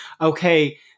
okay